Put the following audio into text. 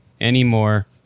anymore